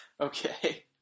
Okay